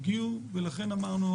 אמרנו,